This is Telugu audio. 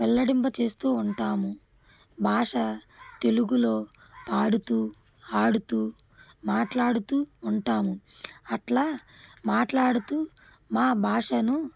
వెళ్ళడింప చేస్తూ ఉంటాము భాష తెలుగులో పాడుతూ ఆడుతూ మాట్లాడుతూ ఉంటాము అలా మాట్లాడుతూ మా భాషను